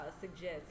suggest